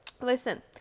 Listen